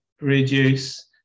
reduce